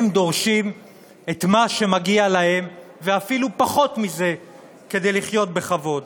הם דורשים את מה שמגיע להם ואפילו פחות מזה כדי לחיות בכבוד.